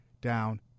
down